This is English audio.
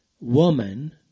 woman